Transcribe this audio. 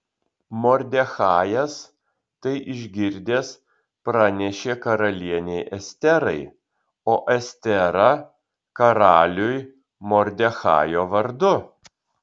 mordechajas tai išgirdęs pranešė karalienei esterai o estera karaliui mordechajo vardu